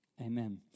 Amen